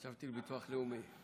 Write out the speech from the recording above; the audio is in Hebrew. חשבתי ביטוח לאומי,